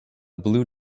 blue